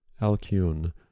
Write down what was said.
Alcune